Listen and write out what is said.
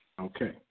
Okay